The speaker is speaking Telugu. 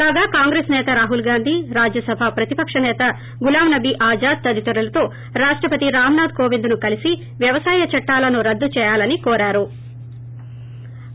కాగా కాంగ్రెస్ నేత రాహుల్ గాంధీ రాజ్యసభ ప్రతిపక్ష నేత గులాం నబీ ఆజాద్ తదితరులతో రాష్షపతి రామ్నాథ్ కోవింద్ను కలసి వ్యవసాయ చట్టాలను రద్దు చేయాలని కోరారు